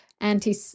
anti